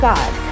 God